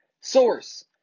source